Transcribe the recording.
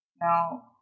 Now